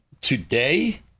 today